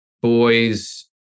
boys